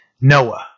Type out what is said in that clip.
Noah